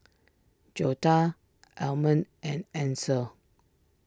Joetta Almond and Ansel